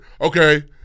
Okay